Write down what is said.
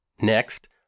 Next